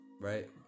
right